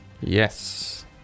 Yes